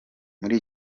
muri